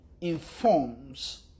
informs